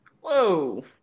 Whoa